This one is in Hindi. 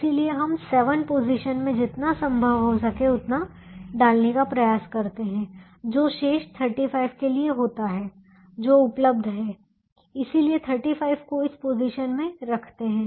इसलिए हम 7 पोजीशन में जितना संभव हो सके उतना डालने का प्रयास करते हैं जो शेष 35 के लिए होता है जो उपलब्ध है इसलिए 35 को इस पोजीशन में रखते हैं